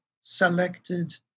selected